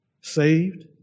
saved